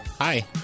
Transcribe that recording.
Hi